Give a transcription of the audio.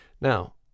now